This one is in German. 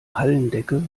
hallendecke